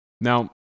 Now